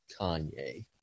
Kanye